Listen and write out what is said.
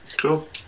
Cool